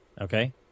Okay